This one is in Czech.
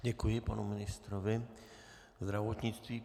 Děkuji panu ministrovi zdravotnictví.